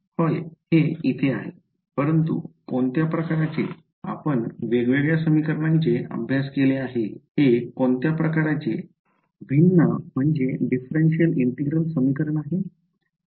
होय हे इथे आहे परंतु कोणत्या प्रकारचे आपण वेगवेगळ्या समीकरणांचे अभ्यास केले आहे हे कोणत्या प्रकारचे भिन्न इंटिग्रल समीकरण आहे